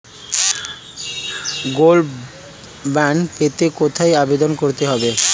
Gold bond পেতে কোথায় আবেদন করতে হবে?